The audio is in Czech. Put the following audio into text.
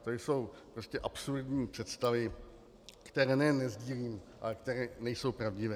To jsou prostě absurdní představy, které nejen nesdílím, ale které nejsou pravdivé.